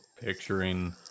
picturing